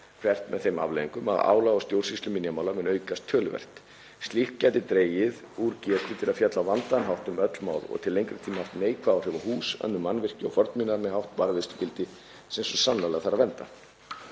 hvert með þeim afleiðingum að álag á stjórnsýslu minjamála mun aukast töluvert. Slíkt gæti dregið úr getu til að fjalla á vandaðan hátt um öll mál og til lengri tíma haft neikvæð áhrif á hús, önnur mannvirki og fornminjar með hátt varðveislugildi sem sannarlega þarf að vernda.